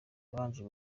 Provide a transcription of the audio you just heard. yabanje